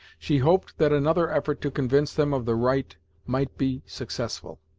she hoped that another effort to convince them of the right might be successful.